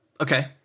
okay